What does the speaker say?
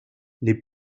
les